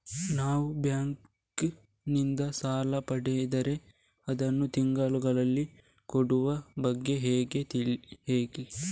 ನಾವು ಬ್ಯಾಂಕ್ ನಿಂದ ಸಾಲ ಪಡೆದರೆ ಅದನ್ನು ತಿಂಗಳುಗಳಲ್ಲಿ ಕೊಡುವ ಬಗ್ಗೆ ಹೇಗೆ ಹೇಳಿ